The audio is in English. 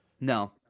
No